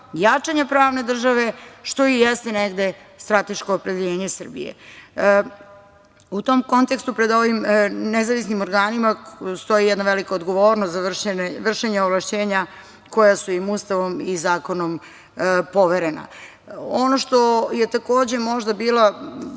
pravne države, što i jeste negde strateško opredeljenje Srbije. U tom kontekstu, pred ovim nezavisnim organima stoji jedna velika odgovornost za vršenje ovlašćenja koja su im Ustavom i zakonom poverena. Ono što je takođe možda bila